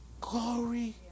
Glory